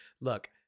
look